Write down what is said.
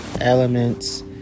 elements